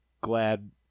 glad